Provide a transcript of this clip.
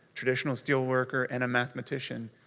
traditional steel worker and a mathematician.